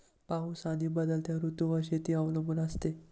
पाऊस आणि बदलत्या ऋतूंवर शेती अवलंबून असते